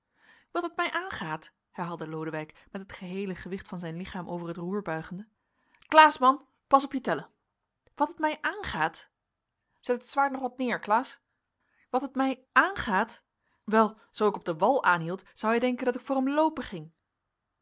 wat het mij aangaat herhaalde lodewijk met het geheele gewicht van zijn lichaam over het roer buigende klaas man pas op je tellen wat het mij aangaat zet het zwaard nog wat neer klaas wat het mij aangaat wel zoo ik op den wal aanhield zou hij denken dat ik voor hem loopen ging